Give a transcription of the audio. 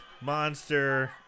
monster